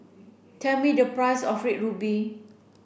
tell me the price of red ruby